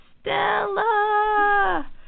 Stella